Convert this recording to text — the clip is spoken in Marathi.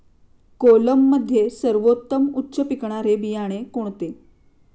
कोलममध्ये सर्वोत्तम उच्च पिकणारे बियाणे कोणते?